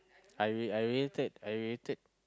I re~ I related I related